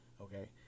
okay